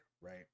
right